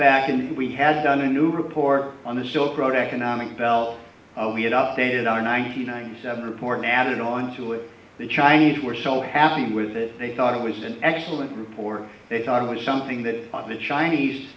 back and we had done a new report on the silk road economic belt we had updated our nine hundred ninety seven report added onto it the chinese were so happy with it they thought it was an excellent report they thought it was something that the chinese